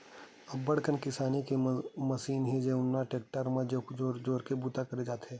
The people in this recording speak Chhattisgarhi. अब्बड़ कन किसानी के मसीन हे जउन ल टेक्टर म जोरके बूता करे जाथे